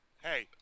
Hey